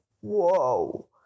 whoa